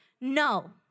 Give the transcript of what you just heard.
No